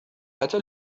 أتى